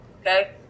okay